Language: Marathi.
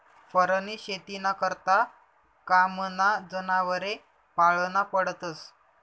फरनी शेतीना करता कामना जनावरे पाळना पडतस